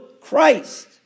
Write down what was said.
Christ